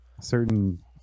certain